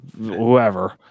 whoever